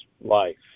life